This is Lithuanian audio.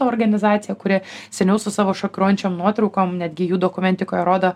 organizacija kuri seniau su savo šokiruojančiom nuotraukom netgi jų dokumentikoje rodo